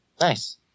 Nice